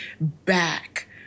back